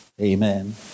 Amen